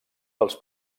dels